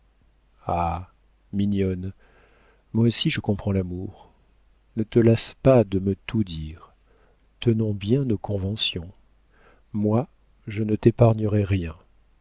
mignonne moi aussi je comprends l'amour ne te lasse pas de me tout dire tenons bien nos conventions moi je ne t'épargnerai rien